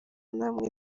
namwe